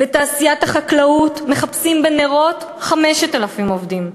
בתעשיית החקלאות מחפשים בנרות 5,000 עובדים,